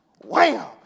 Wham